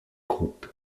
groupe